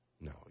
No